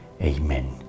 Amen